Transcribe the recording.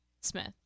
Smith